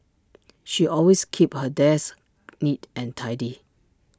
she always keeps her desk neat and tidy